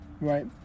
right